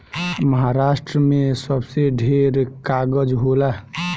महारास्ट्र मे सबसे ढेर कागज़ होला